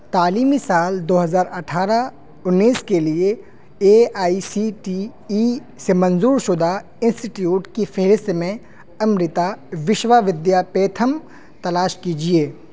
تعلیمی سال دو ہزار اٹھارہ انیس کے لیے A I C T E سے منظور شدہ انسٹیٹیوٹ کی فہرست میں امرتا وشوا ودیاپیٹھم تلاش کیجیے